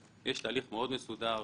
יש תהליך מאוד מסודר